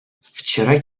вчера